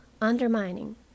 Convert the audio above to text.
undermining